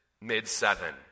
mid-seven